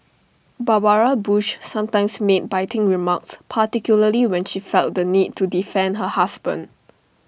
Barbara bush sometimes made biting remarks particularly when she felt the need to defend her husband